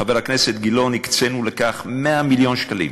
חבר הכנסת גילאון, הקצינו לכך 100 מיליון שקלים.